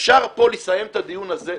אפשר פה לסיים את הדיון הזה,